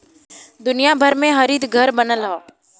दुनिया भर में हरितघर बनल हौ